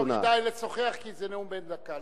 לא כדאי לשוחח, כי זה נאום בן דקה.